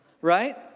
Right